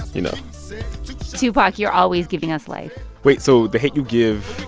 you know tupac, you're always giving us life wait, so the hate u give,